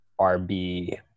RB